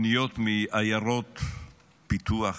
פניות מעיירות פיתוח,